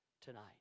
tonight